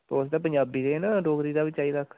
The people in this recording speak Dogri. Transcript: तुस ते पंजाबी दे न डोगरी दा बी चाहिदा इक